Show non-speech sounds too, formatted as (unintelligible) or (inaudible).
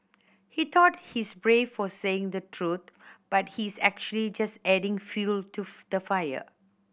he thought he's brave for saying the truth but he's actually just adding fuel to (unintelligible) the fire